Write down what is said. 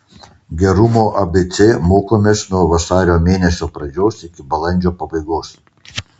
gerumo abc mokomės nuo vasario mėnesio pradžios iki balandžio pabaigos